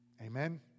Amen